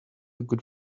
good